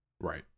Right